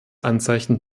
anzeichen